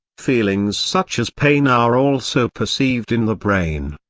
feelings such as pain are also perceived in the brain.